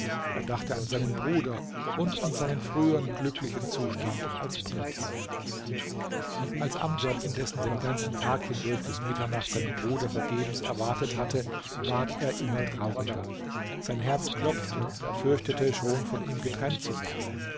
er dachte an seinen bruder und an seinen frühern glücklichen zustand als prinz als amdjad indessen den ganzen tag hindurch bis mitternacht seinen bruder vergebens erwartet hatte ward er immer trauriger sein herz klopfte und er fürchtete schon von ihm getrennt zu sein